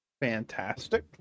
fantastic